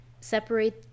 separate